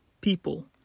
people